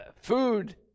Food